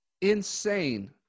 insane